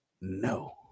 No